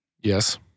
Yes